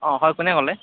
অঁ হয় কোনে ক'লে